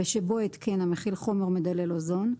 ושבו התקן המכיל חומר מדלל אוזון,